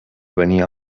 venia